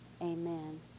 Amen